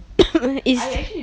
it's